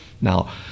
Now